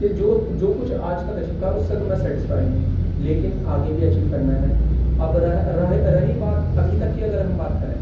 کہ جو اس جو کچھ آج تک اچیو کرا اس سے تو میں سیٹیسفائی ہوں لیکن آگے بھی اچیو کرنا ہے اب رہا رہے رہی بات ابھی تک کی اگر ہم بات کریں